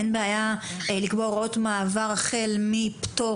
אין בעיה לקבוע הוראות מעבר החל מפטור